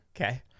Okay